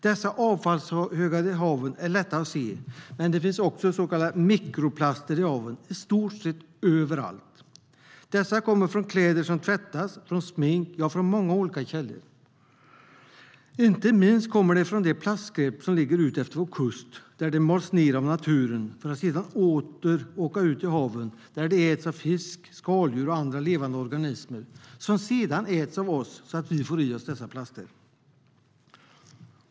Dessa avfallshögar i haven är lätta att se, men det finns också så kallade mikroplaster i haven, i stort sett överallt. Dessa kommer från kläder som tvättas, från smink och från många olika andra källor. Inte minst kommer de från det plastskräp som ligger utefter vår kust, där det mals ner av naturen för att sedan åter åka ut i haven, där det äts av fisk, skaldjur och andra levande organismer, som sedan äts av oss så att vi får i oss dessa plaster.